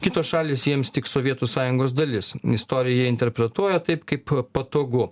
kitos šalys jiems tik sovietų sąjungos dalis istoriją jie interpretuoja taip kaip patogu